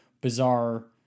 Bizarre